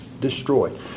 destroyed